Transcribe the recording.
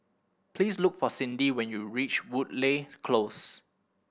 please look for Cindi when you reach Woodleigh Close